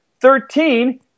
Thirteen